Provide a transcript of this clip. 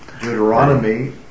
Deuteronomy